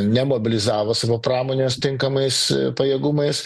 nemobilizavo savo pramonės tinkamais pajėgumais